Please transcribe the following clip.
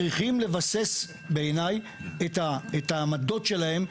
צריכים לבסס בעיניי את העמדות שלהם,